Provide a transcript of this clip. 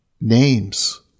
names